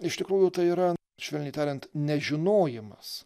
iš tikrųjų tai yra švelniai tariant nežinojimas